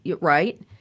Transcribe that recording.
Right